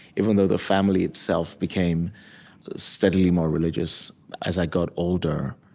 even though the family itself became steadily more religious as i got older,